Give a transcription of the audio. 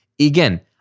Again